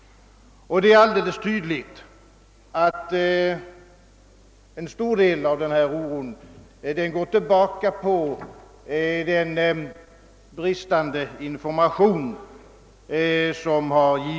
Det är alldeles tydligt att en stor del av denna oro beror på bristande information.